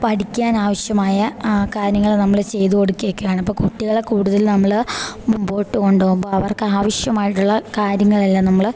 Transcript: പഠിക്കാൻ ആവശ്യമായ കാര്യങ്ങൾ നമ്മൾ ചെയ്ത് കൊടുക്കുകയൊക്കെ ആണേൽ അപ്പം കുട്ടികളെ കൂടുതൽ നമ്മൾ മുൻപോട്ടു കൊണ്ട് പോകുമ്പോൾ അവർക്ക് ആവശ്യമായിട്ടുള്ള കാര്യങ്ങളെല്ലാം നമ്മൾ